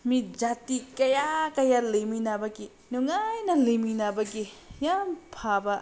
ꯃꯤ ꯖꯥꯇꯤ ꯀꯌꯥ ꯀꯌꯥ ꯂꯩꯃꯤꯟꯅꯕꯒꯤ ꯅꯨꯡꯉꯥꯏꯅ ꯂꯩꯃꯤꯟꯅꯕꯒꯤ ꯌꯥꯝ ꯐꯕ